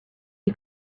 you